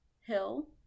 hill